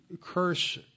curse